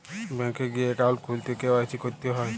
bank এ গিয়ে account খুললে কে.ওয়াই.সি ক্যরতে হ্যয়